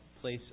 place